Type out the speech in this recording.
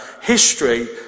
history